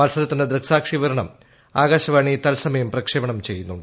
മൽസരത്തിന്റെ ദൃക്സാക്ഷി വിവരണം ആകാശവാണി തൽസമയം പ്രക്ഷേപണം ചെയ്യുന്നുണ്ട്